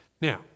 Now